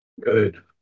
Good